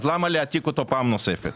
לכן למה להעתיק אותו פעם נוספת?